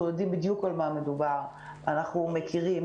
אנחנו יודעים בדיוק על מה מדובר, אנחנו מכירים.